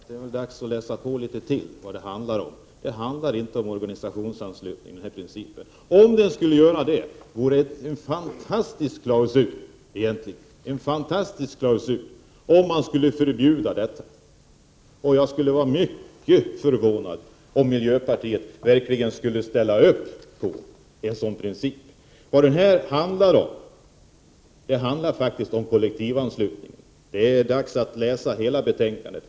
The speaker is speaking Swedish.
Fru talman! Jag måste nog säga att det är dags att läsa på litet till beträffande vad frågan handlar om. Det handlar inte om organisationsanslutningen. Om det skulle göra det vore det en fantastisk klausul — om man skulle förbjuda organisationsanslutningen. Jag skulle då vara mycket förvånad över om miljöpartiet ställde upp på en sådan princip. Det handlar faktiskt om kollektivanslutningen — det är dags att läsa hela betänkandet.